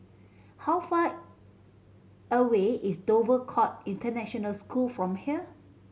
how far away is Dover Court International School from here